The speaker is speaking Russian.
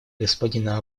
господина